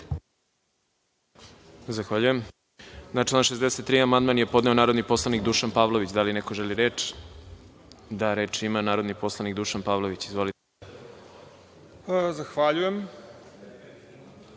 Zahvaljujem. Na član 69. amandman je podneo narodni poslanik Dušan Pavlović. Da li neko želi reč? (Da)Reč ima narodni poslanik Dušan Pavlović. Izvolite. **Dušan